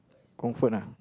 comfort ah